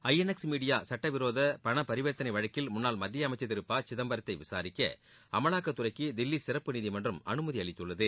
INX media சட்ட விரோத பண பரிவர்த்தனை வழக்கில் முன்னாள் மத்திய அமைச்சர் திரு ப சிதம்பரத்தை விசாரிக்க அமலாக்கத்துறைக்கு தில்லி சிறப்பு நீதிமன்றம் அனுமதி அளித்துள்ளது